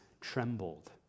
trembled